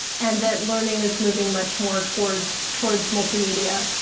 and that learning is moving much more towards towards multimedia,